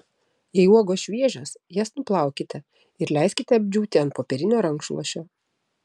jei uogos šviežios jas nuplaukite ir leiskite apdžiūti ant popierinio rankšluosčio